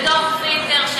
ודוח וינטר,